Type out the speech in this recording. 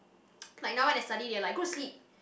like now when I study they are like go to sleep